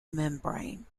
membrane